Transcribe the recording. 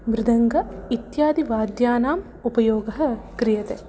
मृदङ्ग इत्यादिवाद्यानाम् उपयोगः क्रियते